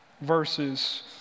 verses